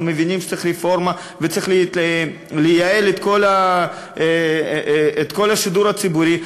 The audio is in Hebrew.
אנחנו מבינים שצריך רפורמה וצריך לייעל את כל השידור הציבורי,